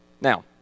Now